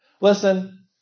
Listen